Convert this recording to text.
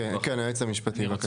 כן, היועץ המשפטי בבקשה.